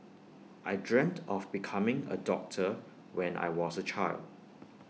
I dreamt of becoming A doctor when I was A child